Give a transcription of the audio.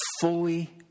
fully